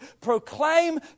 proclaim